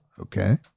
Okay